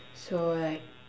so like